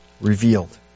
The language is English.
revealed